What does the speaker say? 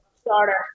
starter